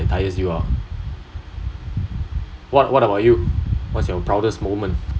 ya it tires you out what what about you what‘s your proudest moment